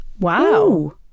Wow